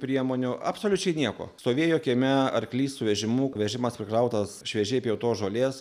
priemonių absoliučiai nieko stovėjo kieme arklys su vežimu vežimas prikrautas šviežiai pjautos žolės